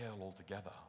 altogether